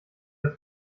das